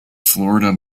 florida